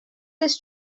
this